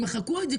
שמחקו את זה,